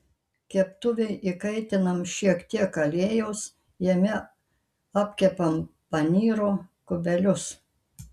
keptuvėj įkaitinam šiek tiek aliejaus jame apkepam panyro kubelius